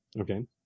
Okay